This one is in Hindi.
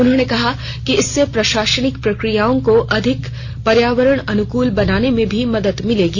उन्होंने कहा कि इससे प्रशासनिक प्रक्रियाओं को अधिक पर्यावरण अनुकूल बनाने में भी मदद मिलेगी